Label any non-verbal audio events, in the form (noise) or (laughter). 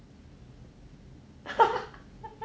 (laughs)